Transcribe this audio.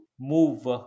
Move